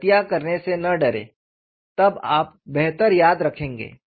गलतियाँ करने से न डरें तब आप बेहतर याद रखेंगे